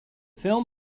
film